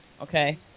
Okay